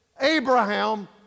Abraham